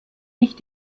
nicht